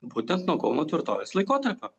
būtent nuo kauno tvirtovės laikotarpio